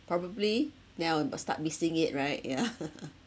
probably now we must start missing it right yeah